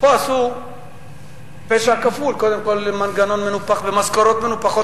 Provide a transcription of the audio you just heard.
פה עשו פשע כפול: קודם כול מנגנון מנופח ומשכורות מנופחות,